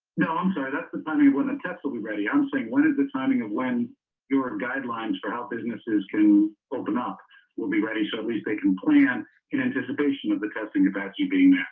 no i'm sorry that's the funny women test we'll be ready i'm saying when is the timing of when your guidelines for how businesses can open up will be ready show at least they can plan in anticipation of the testing about you being